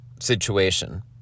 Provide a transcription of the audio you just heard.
situation